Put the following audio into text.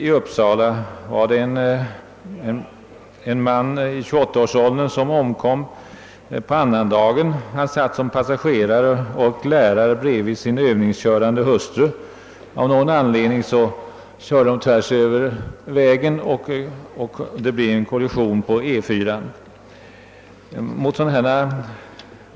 I Uppsala omkom en man i 28-årsåldern annandag påsk. Han satt som passagerare och lärare bredvid sin övningskörande hustru. Av någon anledning körde hon tvärs över vägen — E 4 — och en kollision inträffade. Herr talman!